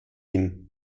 hin